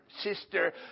sister